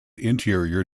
interior